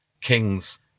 kings